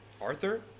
Arthur